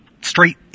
straight